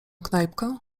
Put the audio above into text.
knajpkę